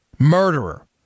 murderer